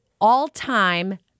all-time